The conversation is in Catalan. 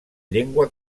llengua